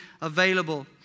available